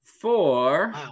four